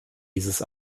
dieses